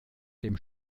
dem